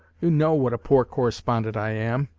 you know what a poor correspondent i am.